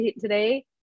today